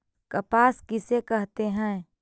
कपास किसे कहते हैं?